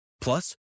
Plus